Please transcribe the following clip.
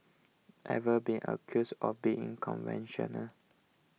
ever been accused of being conventional